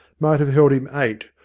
might have held him eight,